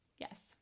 Yes